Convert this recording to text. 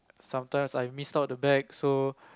sometimes I missed out the bags so